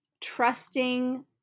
trusting